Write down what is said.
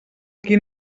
qui